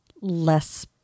less